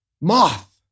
Moth